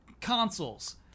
consoles